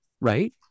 Right